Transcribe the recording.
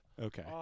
Okay